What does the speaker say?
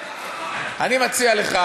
אני מציע לך